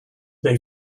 they